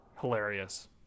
hilarious